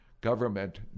government